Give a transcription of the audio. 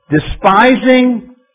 Despising